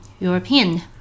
European